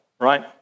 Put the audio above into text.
right